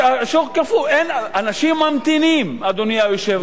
השוק קפוא, אנשים ממתינים, אדוני היושב-ראש.